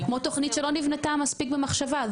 כמו תוכנית שלא נבנתה מספיק במחשבה,